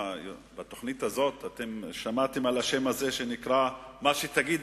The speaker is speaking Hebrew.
בתוכנית הזאת אתם שמעתם על השם "מה שתגיד,